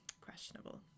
questionable